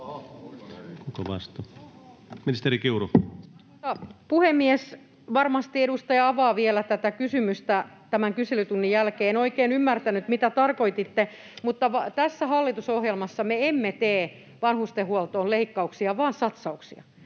Content: Arvoisa puhemies! Varmasti edustaja avaa vielä tätä kysymystä tämän kyselytunnin jälkeen — en oikein ymmärtänyt, mitä tarkoititte. Mutta tässä hallitusohjelmassa me emme tee vanhustenhuoltoon leikkauksia vaan satsauksia,